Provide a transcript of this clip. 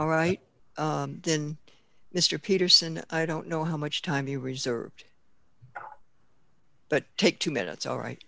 all right then mr peterson i don't know how much time you reserved but take two minutes all right